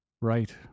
Right